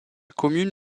commune